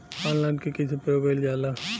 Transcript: Online के कइसे प्रयोग कइल जाला?